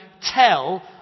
tell